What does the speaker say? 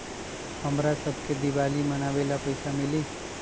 हमरा शव के दिवाली मनावेला पैसा मिली?